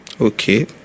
okay